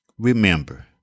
Remember